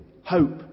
hope